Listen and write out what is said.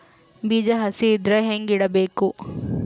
ಬೀಜ ಹಸಿ ಇದ್ರ ಹ್ಯಾಂಗ್ ಇಡಬೇಕು?